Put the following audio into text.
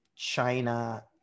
china